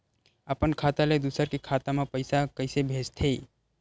अपन खाता ले दुसर के खाता मा पईसा कइसे भेजथे?